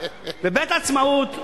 בית-העצמאות.